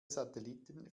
satelliten